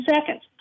seconds